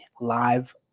live